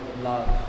love